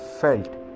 felt